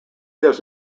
does